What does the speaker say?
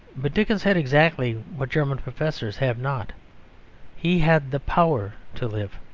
but dickens had exactly what german professors have not he had the power to live.